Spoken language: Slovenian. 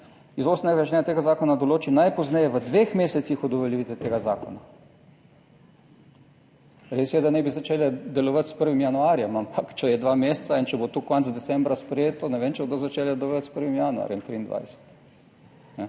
iz 18. že tega zakona določi najpozneje v dveh mesecih od uveljavitve tega zakona. Res je, da naj bi začele delovati s 1. januarjem, ampak če je dva meseca in če bo to konec decembra sprejeto, ne vem, če bodo začel delovati s 1. januarjem 2023.